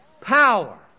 power